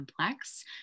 complex